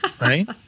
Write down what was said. Right